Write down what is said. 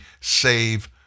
save